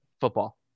football